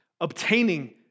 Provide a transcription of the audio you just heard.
obtaining